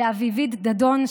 לאביבית דדון,